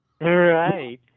right